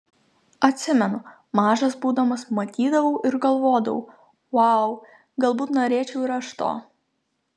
atsimenu mažas būdamas matydavau ir galvodavau vau galbūt norėčiau ir aš to